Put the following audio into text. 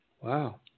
Wow